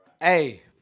Hey